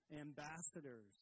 ambassadors